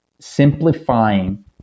simplifying